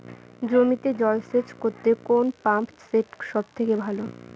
জমিতে জল সেচ করতে কোন পাম্প সেট সব থেকে ভালো?